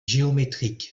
géométriques